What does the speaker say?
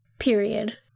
period